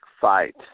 fight